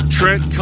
Trent